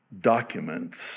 documents